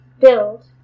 build